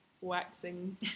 waxing